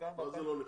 זה לא נחתם?